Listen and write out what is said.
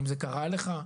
האם זה קרה לך.